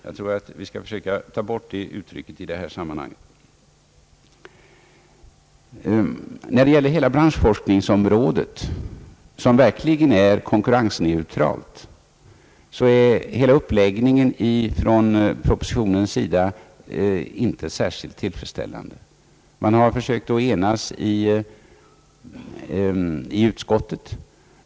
Jag tror att vi skall försöka ta bort det uttrycket i det här samman hanget. När det gäller hela branschforskningsområdet som verkligen är kon kurrensneutralt — är hela uppläggningen i propositionen inte särskilt tillfredsställande. Man har försökt enas i utskottet.